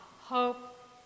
Hope